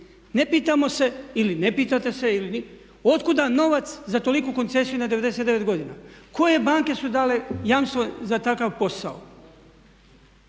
Ne pitamo se ili ne pitate se od kuda novac za toliku koncesiju na 99 godina? Koje banke su dale jamstvo za takav posao?